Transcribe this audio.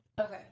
Okay